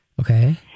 Okay